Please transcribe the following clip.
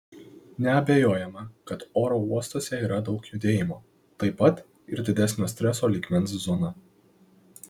neabejojama kad oro uostuose yra daug judėjimo taip pat ir didesnio streso lygmens zona